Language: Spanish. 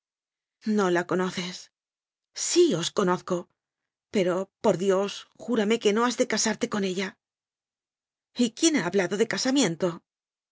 no la conoces sí os conozco pero por dios júrame que no has de casarte con ella y quién ha hablado de casamiento